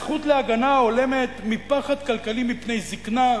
הזכות להגנה הולמת מפחד כלכלי מפני זיקנה,